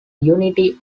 unity